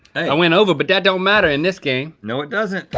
i went over but that don't matter in this game. no it doesn't.